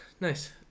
Nice